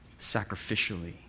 sacrificially